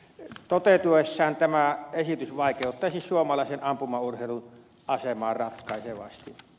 toteutuessaan tämä esitys vaikeuttaisi suomalaisen ampumaurheilun asemaa ratkaisevasti